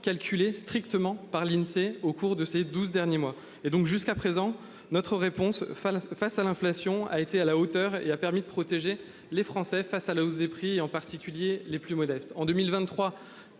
calculée strictement par l'Insee au cours de ces 12 derniers mois et donc jusqu'à présent notre réponse face face à l'inflation a été à la hauteur et a permis de protéger les Français face à la hausse des prix, en particulier les plus modestes en 2023.